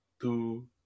two